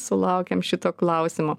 sulaukiam šito klausimo